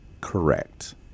Correct